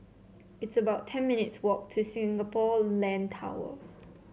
it's about ten minutes' walk to Singapore Land Tower